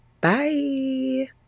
Bye